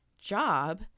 job